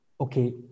Okay